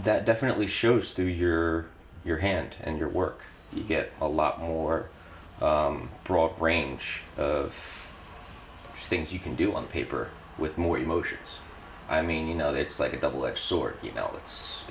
that definitely shows through your your hand and your work you get a lot more broad range of things you can do on paper with more emotions i mean you know it's like a double edged sword you know it's